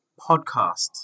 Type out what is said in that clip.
podcast